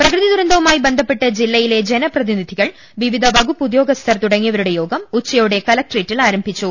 പ്രകൃതിദുരന്തവുമായി ബന്ധപ്പെട്ട് ജില്ലയിലെ ജനപ്രതിനിധികൾ വിവിധ വകുപ്പ് ഉദ്യോഗസ്ഥർ തുടങ്ങിയവരുടെ യോഗം ഉച്ചയോടെ കലക്ട്രേറ്റിൽ ആരംഭിച്ചു